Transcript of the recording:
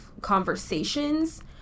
conversations